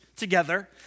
together